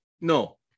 no